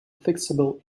fixable